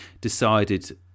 decided